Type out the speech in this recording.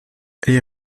les